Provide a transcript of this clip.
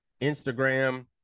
instagram